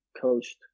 coached